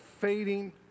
fading